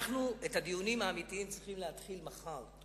אנחנו את הדיונים האמיתיים צריכים להתחיל מחר.